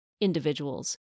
individuals